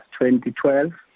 2012